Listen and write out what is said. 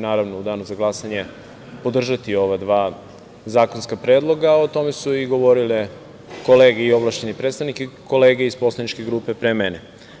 naravno, u danu za glasanje podržati ova dva zakonska predloga, a o tome su govorile kolege i ovlašćeni predstavnik i kolege iz poslaničke grupe pre mene.